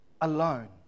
alone